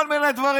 כל מיני דברים.